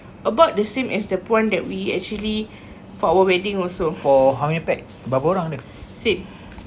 about the same as the point that we actually for our wedding also same